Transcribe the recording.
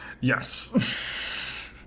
Yes